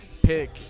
Pick